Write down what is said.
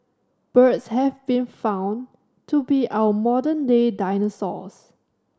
birds have been found to be our modern day dinosaurs